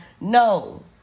No